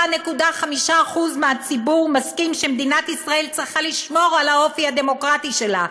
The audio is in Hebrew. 84.5% מהציבור מסכימים שמדינת ישראל צריכה לשמור על האופי הדמוקרטי שלה.